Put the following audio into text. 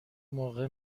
موقع